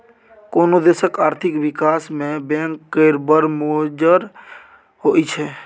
कोनो देशक आर्थिक बिकास मे बैंक केर बड़ मोजर होइ छै